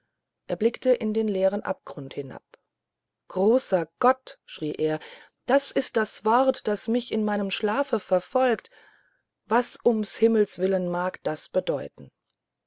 und blickte in den leeren abgrund hinab großer gott schrie er das ist das wort das mich in meinem schlafe verfolgt was ums himmels willen mag es bedeuten